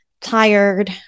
Tired